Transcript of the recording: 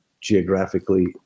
geographically